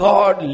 God